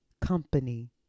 company